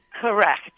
Correct